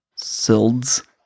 silds